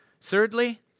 Thirdly